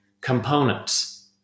components